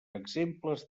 exemples